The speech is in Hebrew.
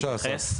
בבקשה אסף.